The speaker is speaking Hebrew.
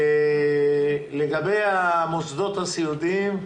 לגבי המוסדות הסיעודיים,